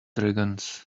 dragons